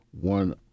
one